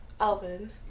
alvin